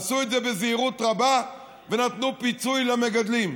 עשו את זה בזהירות רבה ונתנו פיצוי למגדלים.